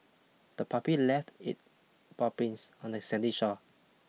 the puppy left it paw prints on the sandy shore